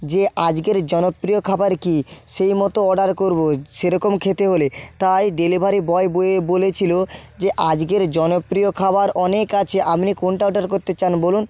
যে আজকের জনপ্রিয় খাবার কী সেই মতো অর্ডার করব সেরকম খেতে হলে তাই ডেলিভারি বয় বলেছিলো যে আজকের জনপ্রিয় খাবার অনেক আছে আপনি কোনটা অর্ডার করতে চান বলুন